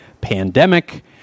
pandemic